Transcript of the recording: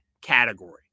category